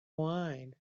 wine